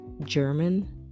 german